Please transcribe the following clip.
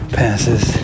passes